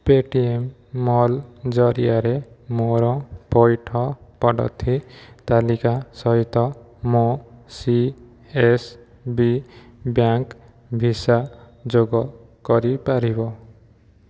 P T M mall ଜରିଆରେ ମୋର ପଇଠ ପଦ୍ଧତି ତାଲିକା ସହିତ ମୋ C S B bank visa ଯୋଗ କରିପାରିବ